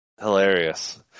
Hilarious